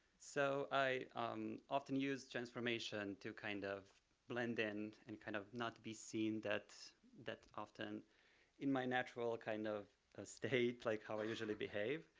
so i often use transformation to kind of blend in and kind of not be seen that that often in my natural kind of ah state like how i usually behave.